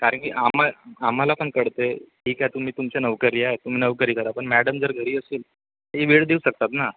कारण की आमा आम्हाला पण कळते ठीक आहे तुम्ही तुमच्या नौकरी आहे तुम्ही नौकरी करा पण मॅडम जर घरी असेल ती वेळ देऊ शकतात ना